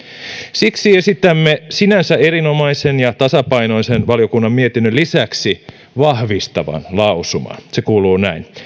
siksi esitämme sinänsä erinomaisen ja tasapainoisen valiokunnan mietinnön lisäksi vahvistavan lausuman se kuuluu näin